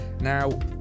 Now